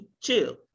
chill